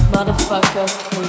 Motherfucker